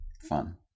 Fun